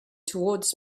towards